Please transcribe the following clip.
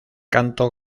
canto